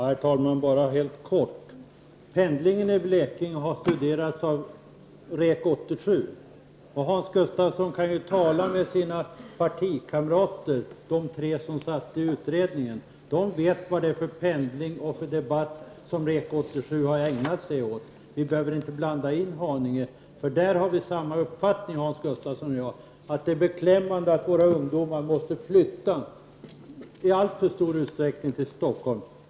Herr talman! Helt kort vill jag säga att pendlingen i Blekinge har studerats av REK 87. Hans Gustafsson kan tala med sina partikamrater, de tre som satt i utredningen. De vet vilken pendling och vilken debatt som REK 87 har ägnat sig åt. Vi behöver inte blanda in Haninge. Vi har samma uppfattning Hans Gustafsson och jag, att det är beklämmande att våra ungdomar måste flytta, i alltför stor utsträckning, till Stockholm.